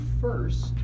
first